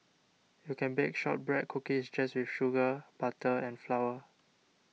you can bake Shortbread Cookies just with sugar butter and flour